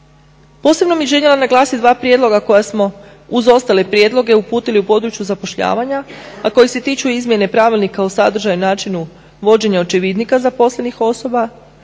Posebno bih željela naglasiti dva prijedloga koja smo uz ostale prijedloge uputili u području zapošljavanja, a koja se tiču izmjene Pravilnika o sadržaju, načinu vođenja očevidnika zaposlenih osoba